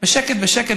בשקט בשקט,